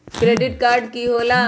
Credit card की होला?